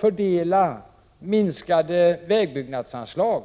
fördela minskade vägbyggnadsanslag.